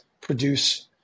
produce